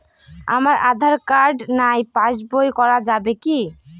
আমার আঁধার কার্ড নাই পাস বই করা যাবে কি?